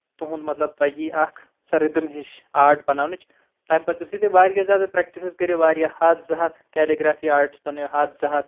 تُہُند مطلب تۄہہِ یی اکھ سۄ رِدٕم ہِش آرٹ بَناونٕچ تَمہِ پَتہٕ یِتھُے تُہۍ واریاہ زیادٕ پریکٹِسٕز کٔرِو واریاہ ہَتھ زٕ ہَتھ کیلِگریفی آرٹٕس بَنٲیِوِ ہَتھ زٕ ہَتھ